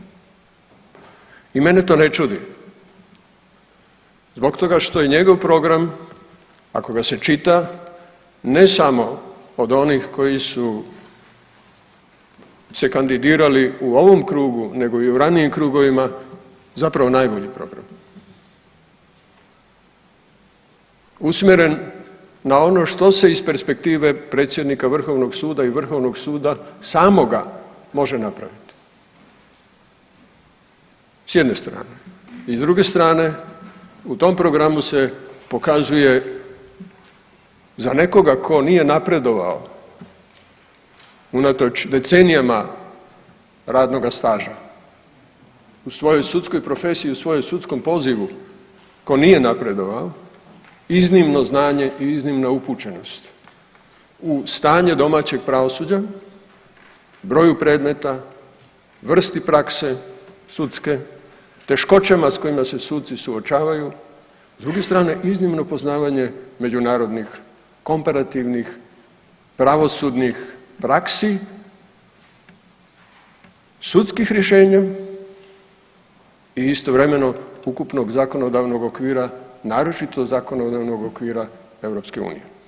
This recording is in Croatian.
I mene to ne čudi zbog toga što je njegov program ako ga se čita ne samo od onih koji su se kandidirali u ovom krugu nego i u ranijim krugovima zapravo najbolji program, usmjeren na ono što se iz perspektive predsjednika vrhovnog suda i vrhovnog suda samoga može napraviti s jedne strane i s druge strane u tom programu se pokazuje za nekoga tko nije napredovao unatoč decenijama radnoga staža u svojoj sudskoj profesiji i u svom sudskom pozivu ko nije napredovao iznimno znanje i iznimna upućenost u stanje domaćeg pravosuđa, broju predmeta, vrsti prakse sudske, teškoćama s kojima se suci suočavaju, s druge strane iznimno poznavanje međunarodnih komparativnih, pravosudnih praksi, sudskih rješenja i istovremeno ukupnog zakonodavnog okvira, naročito zakonodavnog okvira EU.